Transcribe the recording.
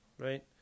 right